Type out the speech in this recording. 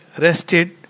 rested